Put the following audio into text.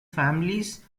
families